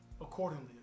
Accordingly